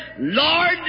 Lord